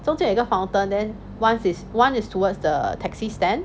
中间有一个 mountain then one is one is towards the taxi stand